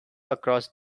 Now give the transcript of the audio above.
across